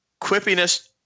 quippiness